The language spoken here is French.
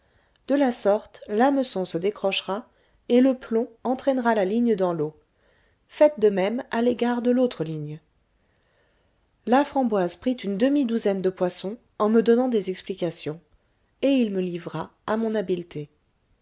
de la sorte l'hameçon se décrochera et le plomb entraînera la ligne dans l'eau faites de même à l'égard de l'autre ligne laframboise prit une demi-douzaine de poissons en me donnant des explications et il me livra à mon habileté